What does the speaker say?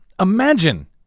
Imagine